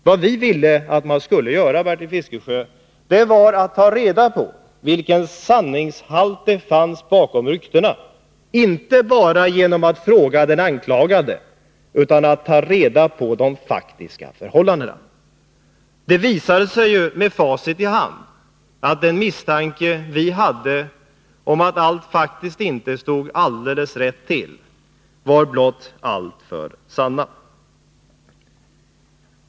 Vad vi ville att man skulle göra var att ta reda på vilken sanningshalt det fanns bakom ryktena, inte bara genom att fråga den anklagade utan också genom att kontrollera de faktiska förhållandena. Med facit i hand kan vi nu konstatera att den misstanke vi hade om att allt faktiskt inte stod rätt till var blott allför välgrundad.